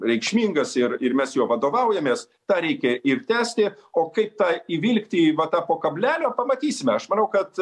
reikšmingas ir ir mes juo vadovaujamės tą reikia ir tęsti o kaip tą įvilkti į va tą po kablelio pamatysime aš manau kad